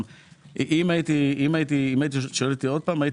אם היית שואלת אותי עוד פעם,